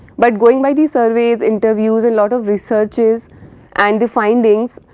but going by the service, interviews and lot of researches and the findings,